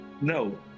No